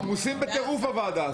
אנחנו עמוסים בטירוף בוועדה הזאת.